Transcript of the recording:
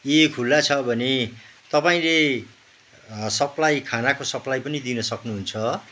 ए खुल्ला छ भने तपाईँले सप्लाई खानाको सप्लाई पनि दिन सक्नुहुन्छ